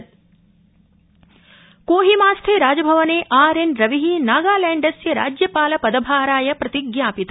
नागालैण्ड कोहिमा कोहिमास्थे राजभवने आरएन रवि नागालैण्डस्य राज्यपाल पदभाराय प्रतिज्ञापित